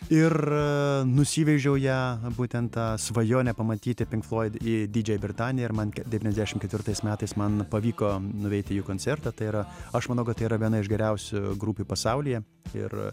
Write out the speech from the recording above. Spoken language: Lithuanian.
ir nusivežiau ją būtent tą svajonę pamatyti pink floid į didžiąją britaniją ir man devyniasdešimt ketvirtais metais man pavyko nueiti į koncertą tai yra aš manau kad yra viena iš geriausių grupių pasaulyje ir